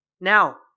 now